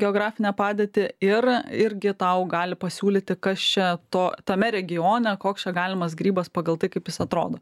geografinę padėtį ir irgi tau gali pasiūlyti kas čia to tame regione koks čia galimas grybas pagal tai kaip jis atrodo